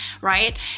right